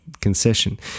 concession